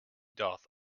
doth